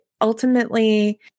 ultimately